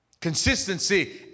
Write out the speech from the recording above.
Consistency